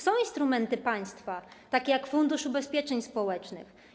Są instrumenty państwa takie jak Fundusz Ubezpieczeń Społecznych.